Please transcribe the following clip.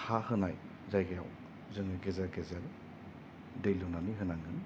हा होनाय जायगायाव जोङो गेजेर गेजेर दै लुनानै होनांगोन